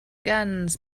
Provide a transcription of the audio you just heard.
ganz